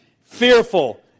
fearful